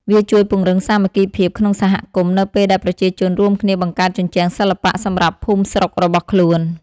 វាជួយពង្រឹងសាមគ្គីភាពក្នុងសហគមន៍ នៅពេលដែលប្រជាជនរួមគ្នាបង្កើតជញ្ជាំងសិល្បៈសម្រាប់ភូមិស្រុករបស់ខ្លួន។